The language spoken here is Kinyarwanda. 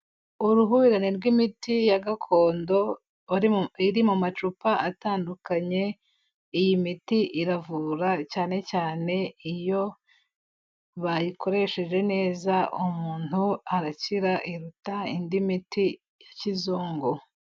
Uruhurirane rw'imiti ya gakondo iri mu macupa atandukanye, iyi miti iravura cyane cyane iyo bayikoresheje neza umuntu arakira, iruta indi miti ya kizungu.